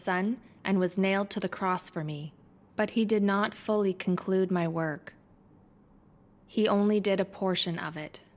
son and was nailed to the cross for me but he did not fully conclude my work he only did a portion of it